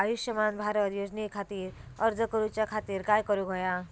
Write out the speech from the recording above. आयुष्यमान भारत योजने खातिर अर्ज करूच्या खातिर काय करुक होया?